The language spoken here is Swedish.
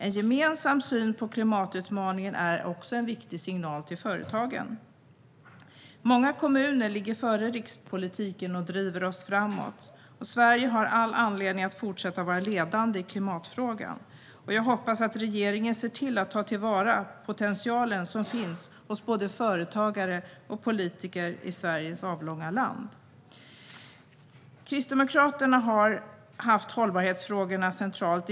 En gemensam syn på klimatutmaningen är också en viktig signal till företagen. Många kommuner ligger före rikspolitiken och driver utvecklingen framåt. Sverige har all anledning att fortsätta att vara ledande i klimatfrågan. Jag hoppas att regeringen ser till att ta till vara den potential som finns hos både företagare och politiker i Sveriges avlånga land. För Kristdemokraterna är hållbarhetsfrågorna centrala.